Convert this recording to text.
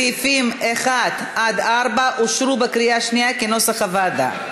סעיפים 1 4 אושרו בקריאה שנייה כנוסח הוועדה.